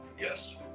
yes